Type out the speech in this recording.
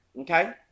okay